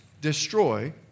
destroy